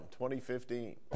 2015